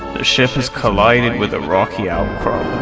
the ship has collided with a rocky outcrop.